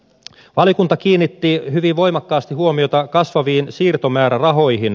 valiokunta kiinnitti hyvin voimakkaasti huomiota kasvaviin siirtomäärärahoihin